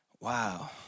Wow